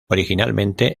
originalmente